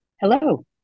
Hello